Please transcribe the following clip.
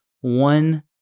one